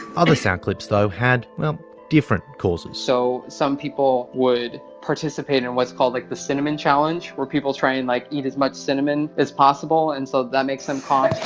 other sound clips though had different causes. so, some people would participate in what's called like the cinnamon challenge where people try and like eat as much cinnamon as possible and so that makes them cough.